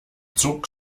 zog